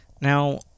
Now